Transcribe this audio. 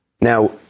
Now